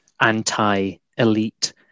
anti-elite